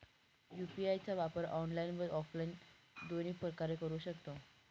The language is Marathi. यू.पी.आय चा वापर ऑनलाईन व ऑफलाईन दोन्ही प्रकारे करु शकतो का?